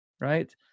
right